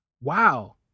Wow